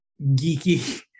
geeky